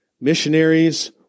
missionaries